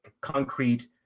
concrete